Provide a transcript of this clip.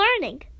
learning